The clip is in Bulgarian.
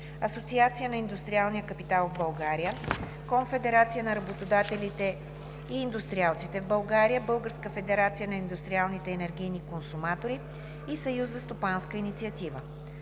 Асоциацията на индустриалния капитал в България, Конфедерацията на работодателите и индустриалците в България, Българската федерация на индустриалните енергийни консуматори и Съюза за стопанска инициатива.